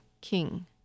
king